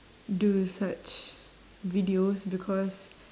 do such videos because